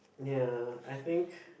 ya I think